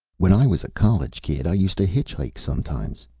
when i was a college kid, i used to hitchhike sometimes,